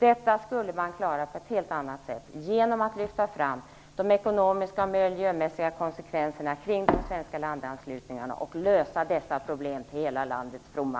Detta skulle gå att klara på ett helt annat sätt genom att lyfta fram de ekonomiska och miljömässiga konsekvenserna kring de svenska landanslutningarna och lösa dessa problem till hela landets fromma.